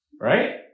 right